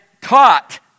taught